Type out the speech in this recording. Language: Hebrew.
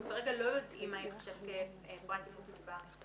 כרגע לא יודעים מה משקף פרט אימות מוגבר.